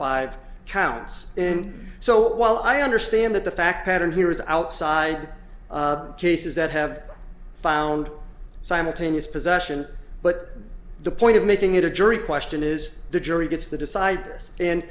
five counts and so while i understand that the fact pattern here is outside cases that have found simultaneous possession but the point of making it a jury question is the jury gets the disciples and